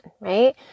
right